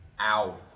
Ow